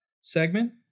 segment